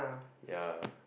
ya